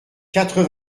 quatre